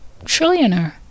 Trillionaire